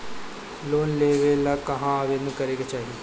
Loan लेवे ला कहाँ आवेदन करे के चाही?